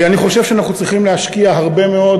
אני חושב שאנחנו צריכים להשקיע הרבה מאוד